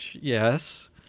yes